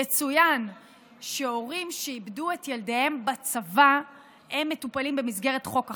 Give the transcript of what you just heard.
יצוין שהורים שאיבדו את ילדיהם בצבא מטופלים במסגרת חוק אחר.